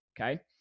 Okay